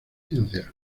ciencias